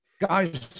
guys